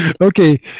okay